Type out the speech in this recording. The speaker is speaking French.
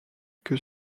que